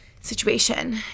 situation